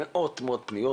מאות פניות.